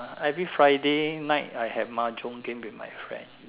every Friday night I have mahjong game with my friends